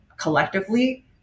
collectively